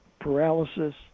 paralysis